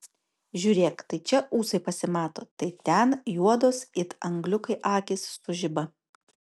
žiūrėk tai čia ūsai pasimato tai ten juodos it angliukai akys sužiba